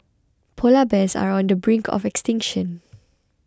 Polar Bears are on the brink of extinction